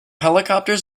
helicopters